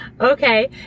Okay